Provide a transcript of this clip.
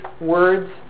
words